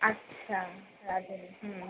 আচ্ছা রাধুনি হুম